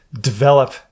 develop